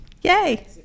yay